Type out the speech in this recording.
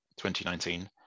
2019